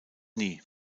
nie